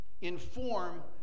inform